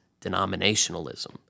denominationalism